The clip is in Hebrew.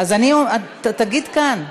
תגיד כאן.